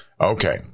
okay